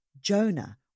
Jonah